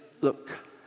look